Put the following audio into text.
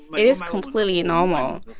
it is completely normal,